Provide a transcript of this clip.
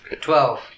Twelve